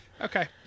Okay